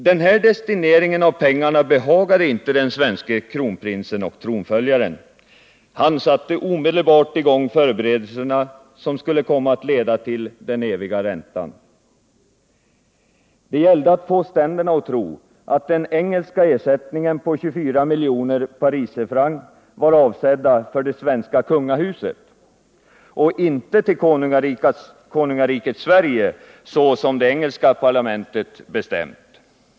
Denna destinering av pengarna behagade icke den svenske kronprinsen och tronföljaren. Han satte omedelbart i gång förberedelserna som skulle komma att leda till den eviga räntan. Det gällde att få ständerna att tro att den engelska ersättningen på 24 miljoner pariserfrancs var avsedd för det svenska kungahuset och inte för konungariket Sverige, såsom det engelska parlamentet bestämt.